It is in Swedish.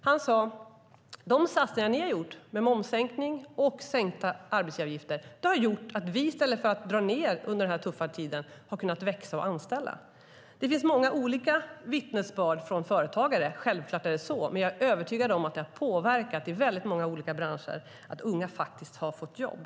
Han sade: De satsningar ni har gjort med momssänkning och sänkta arbetsgivaravgifter har gjort att vi i stället för att dra ned under den här tuffa tiden har kunnat växa och anställa. Det finns många olika vittnesbörd från företagare - självklart är det så. Men jag är övertygad om att det har påverkat i väldigt många branscher så att unga faktiskt har fått jobb.